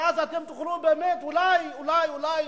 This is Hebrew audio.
ואז אתם תוכלו באמת, אולי, אולי,